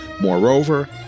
Moreover